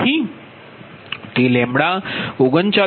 તેથી તે 39